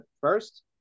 first